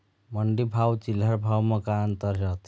मंडी भाव अउ चिल्हर भाव म का अंतर रथे?